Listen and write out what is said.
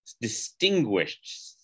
distinguished